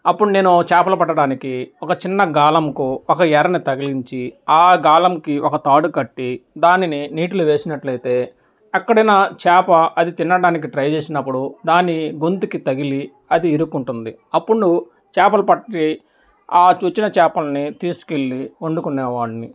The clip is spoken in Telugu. అప్పుడ్ నేను చేపలు పట్టడానికి ఒక చిన్న గాలంకు ఒక ఎరను తగిలించి ఆ గాలంకి ఒక తాడు కట్టి దానిని నీటిలో వేసినట్లయితే అక్కడే నా చేప అది తినడానికి ట్రై చేసినప్పుడు దాని గొంతుకి తగిలి అది ఇరుక్కుంటుంది అప్పుడు నువ్వు చేపలు పట్టి ఆ చచ్చిన చేపలని తీసుకెళ్ళి వండుకునే వాడిని